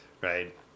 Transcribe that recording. Right